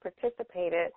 participated